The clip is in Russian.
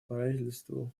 правительству